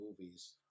movies